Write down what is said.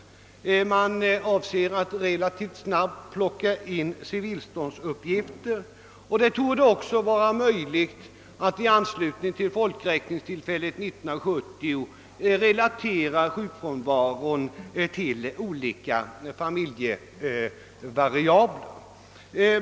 Man avser att relativt snabbt plocka in civilståndsuppgifter, och det borde också vara möjligt att i anslutning till folkräkningstillfället 1970 relatera sjukfrånvaron till olika familjevariabler.